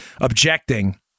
objecting